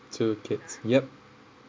two kids yup